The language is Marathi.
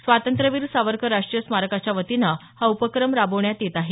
स्वातंत्र्यवीर सावरकर राष्ट्रीय स्मारकाच्या वतीने हा उपक्रम राबवण्यात येत आहे